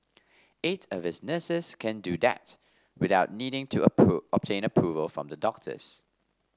eight of its nurses can do that without needing to obtain approval from the doctors